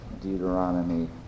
Deuteronomy